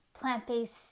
plant-based